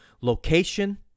location